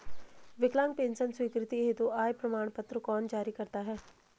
विकलांग पेंशन स्वीकृति हेतु आय प्रमाण पत्र कौन जारी करता है?